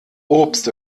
obst